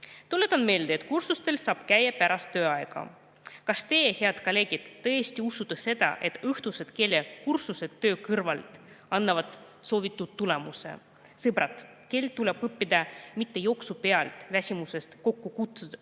Tuletan meelde, et kursustel saab käia pärast tööaega. Kas teie, head kolleegid, tõesti usute seda, et õhtused keelekursused töö kõrvalt annavad soovitud tulemuse? Sõbrad! Keelt tuleb õppida mitte jooksu pealt, väsimusest kokku kukkudes,